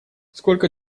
сколько